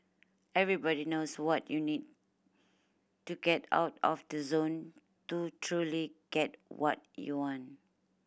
everybody knows what you need to get out of the zone to truly get what you want